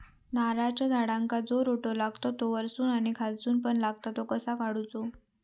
नारळाच्या झाडांका जो रोटो लागता तो वर्सून आणि खालसून पण लागता तो कसो काडूचो?